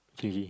three g